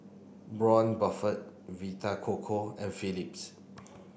Braun Buffel Vita Coco and Phillips